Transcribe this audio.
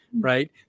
right